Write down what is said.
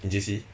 in J_C